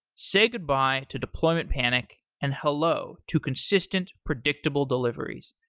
say goodbye to deployment panic and hello to consistent, predictable deliveries.